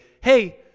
hey